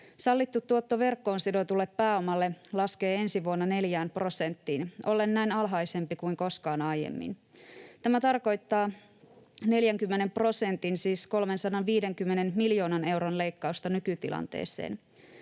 Sallittu tuotto verkkoon sidotulle pääomalle laskee ensi vuonna 4 prosenttiin ollen näin alhaisempi kuin koskaan aiemmin. Tämä tarkoittaa 40 prosentin, siis 350 miljoonan euron leikkausta nykytilanteeseen.